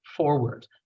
Forward